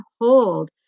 hold